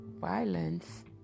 violence